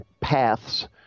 paths